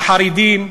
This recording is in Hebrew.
לחרדים,